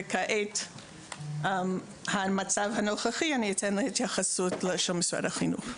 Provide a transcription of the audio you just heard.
וכעת משרד החינוך יכול להתייחס לגבי המצב הנוכחי.